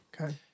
Okay